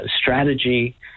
strategy